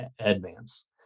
advance